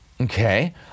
Okay